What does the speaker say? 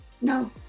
No